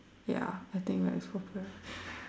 ya I think that is possible